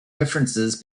differences